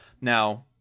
Now